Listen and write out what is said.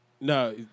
No